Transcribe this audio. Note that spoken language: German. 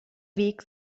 weg